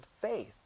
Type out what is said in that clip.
faith